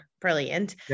Brilliant